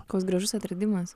koks gražus atradimas